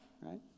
right